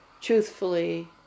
truthfully